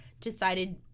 decided